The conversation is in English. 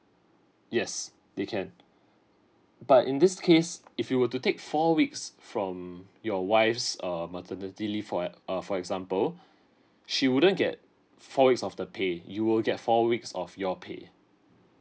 yes they can but in this case if you were to take four weeks from your wife's err maternity leave for ex uh for example she wouldn't get four weeks of the pay you will get four weeks of your pay